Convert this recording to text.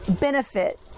benefit